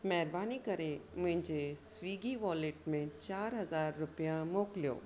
महिरबानी करे मुंहिंजे स्विगी वॉलेट में चार हज़ार रुपिया मोकिलियो